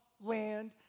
land